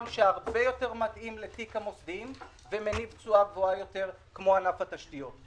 שהרבה יותר מתאים לתיק המוסדיים כמו ענף התשתיות.